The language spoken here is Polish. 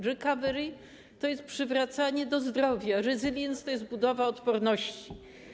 Recovery to jest przywracanie do zdrowia, Resilience to jest budowa odporności.